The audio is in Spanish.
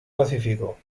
pacífico